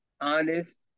honest